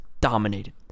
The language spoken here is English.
dominated